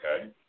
okay